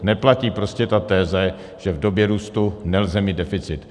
Neplatí prostě ta teze, že v době růstu nelze mít deficit.